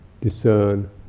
discern